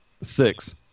Six